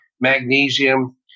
magnesium